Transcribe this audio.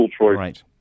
right